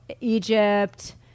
Egypt